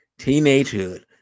teenagehood